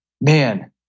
man